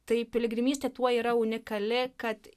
tai piligrimystė tuo yra unikali kad